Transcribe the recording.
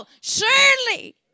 surely